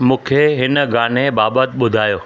मुखे हिन गाने बाबति ॿुधायो